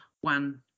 one